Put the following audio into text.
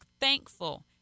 thankful